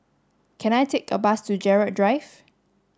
can I take a bus to Gerald Drive